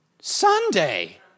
Sunday